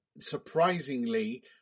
surprisingly